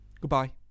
Goodbye